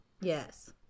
Yes